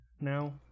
now